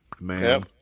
Man